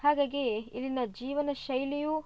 ಹಾಗಾಗಿ ಇಲ್ಲಿನ ಜೀವನ ಶೈಲಿಯು